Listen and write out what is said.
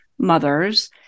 mothers